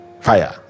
fire